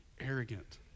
arrogant